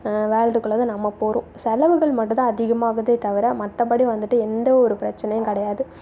வேர்ல்டுக்குள்ளே தான் நம்ம போகிறோம் செலவுகள் மட்டும் தான் அதிகமாகுதே தவிர மற்றபடி வந்துவிட்டு எந்தவொரு பிரச்சனையும் கிடையாது